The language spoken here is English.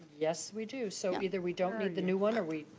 yes we do. so either we don't need the new one or we